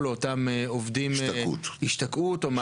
לאותם עובדים השתקעות או מעמד קבע,